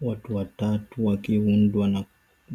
Watu watatu (wakiundwa na